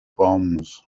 bombs